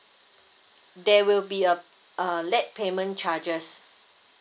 there will be a uh late payment charges